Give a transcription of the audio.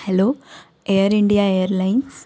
hello air India airlines